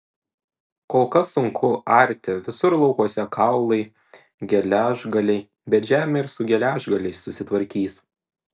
kol kas sunku arti visur laukuose kaulai geležgaliai bet žemė ir su geležgaliais susitvarkys